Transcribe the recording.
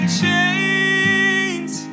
chains